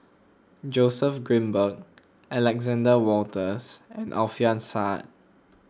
Joseph Grimberg Alexander Wolters and Alfian Sa